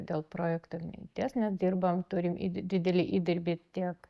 dėl projekto minties nes dirbam turim įd didelį įdirbį tiek